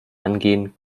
angehen